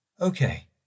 Okay